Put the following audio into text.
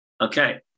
Okay